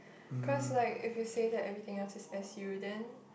cause like if you say that everything else is S_U then